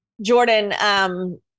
Jordan